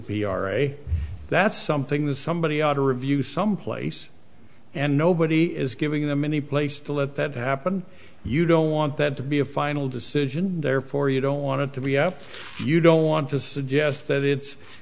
p r a that's something that somebody ought to review someplace and nobody is giving them any place to let that happen you don't want that to be a final decision and therefore you don't want it to be out you don't want to suggest that i